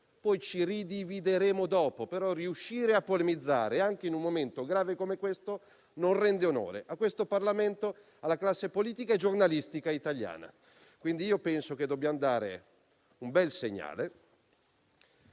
ci ridivideremo dopo, però riuscire a polemizzare anche in un momento grave come questo non rende onore a questo Parlamento e alla classe politica e giornalistica italiana. Io penso che dobbiamo dare un bel segnale.